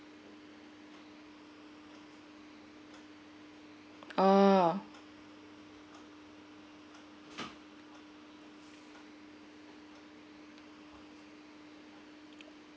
orh